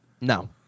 No